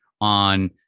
on